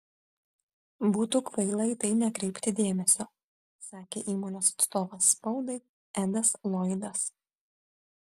būtų kvaila į tai nekreipti dėmesio sakė įmonės atstovas spaudai edas loydas